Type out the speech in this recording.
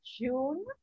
June